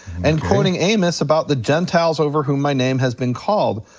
and quoting amos about the gentiles over whom my name has been called.